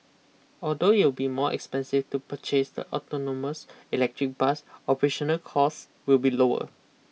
although it will be more expensive to purchase the autonomous electric bus operational cost will be lower